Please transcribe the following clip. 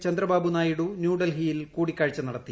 ചന്ദ്രനായിഡു ന്യൂഡൽഹിയിൽ കൂടിക്കാഴ്ച നടത്തി